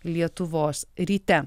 lietuvos ryte